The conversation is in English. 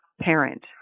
parent